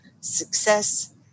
success